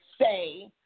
say